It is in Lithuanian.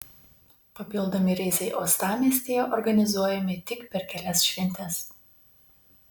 papildomi reisai uostamiestyje organizuojami tik per kelias šventes